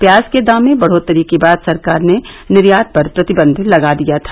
प्याज के दाम में बढ़ोतरी के बाद सरकार ने निर्यात पर प्रतिबंध लगा दिया था